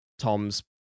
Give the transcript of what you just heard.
Tom's